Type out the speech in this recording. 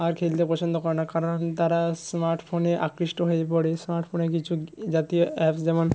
আর খেলতে পছন্দ করে না কারণ তারা স্মার্ট ফোনে আকৃষ্ট হয়ে পড়ে স্মার্ট ফোনে কিছু এ জাতীয় অ্যাপস যেমন